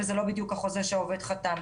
וזה לא בדיוק החוזה שהעובד חתם.